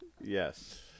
Yes